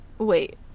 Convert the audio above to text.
wait